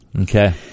Okay